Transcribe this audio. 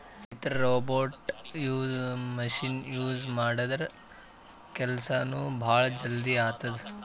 ರೈತರ್ robot machine use ಮಾಡದ್ರಿನ್ದ ಕೆಲ್ಸನೂ ಭಾಳ್ ಜಲ್ದಿ ಆತದ್